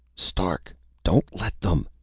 stark! don't let them.